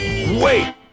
Wait